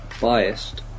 biased